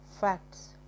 facts